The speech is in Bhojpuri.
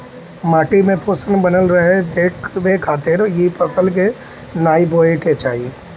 माटी में पोषण बनल रहे देवे खातिर ए फसल के नाइ बोए के चाही